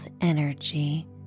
energy